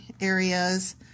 areas